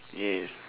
yes